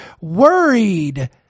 worried